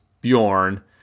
Bjorn